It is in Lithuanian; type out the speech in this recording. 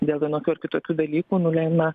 dėl vienokių ar kitokių dalykų nulemia